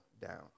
down